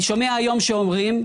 אני שומע היום שאומרים,